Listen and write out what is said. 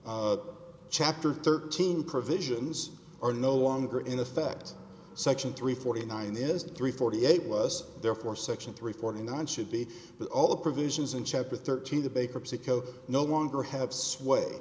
that chapter thirteen provisions are no longer in effect section three forty nine is three forty eight was therefore section three forty nine should be but all the provisions in chapter thirteen the baker persico no longer have sw